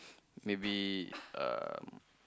maybe um